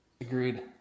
Agreed